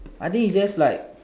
I think it's just like